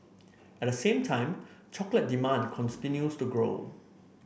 at the same time chocolate demand continues to grow